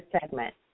segment